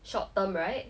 short term right